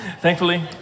thankfully